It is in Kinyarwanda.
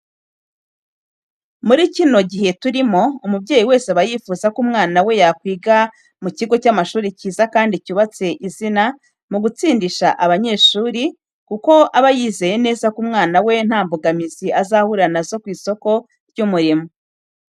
Muri kino gihe turimo, umubyeyi wese aba yifuza ko umwana we yakwiga mu kigo cy'amashuri cyiza kandi cyubatse izina mu gutsindisha abanyeshuri, kuko aba yizeye neza ko umwana we nta mbogamizi azahurira na zo ku isoko ry'umurimo.